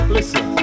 Listen